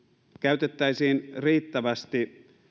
kiinnitettäisiin riittävästi